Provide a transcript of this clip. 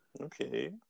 Okay